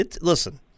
Listen